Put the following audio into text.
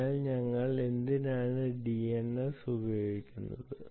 അതിനാൽ ഞങ്ങൾ എന്തിനാണ് ഡിഎൻഎസ് ഉപയോഗിക്കേണ്ടത്